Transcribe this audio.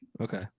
okay